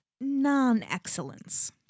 Non-excellence